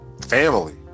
Family